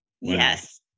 Yes